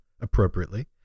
appropriately